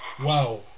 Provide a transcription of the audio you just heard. Wow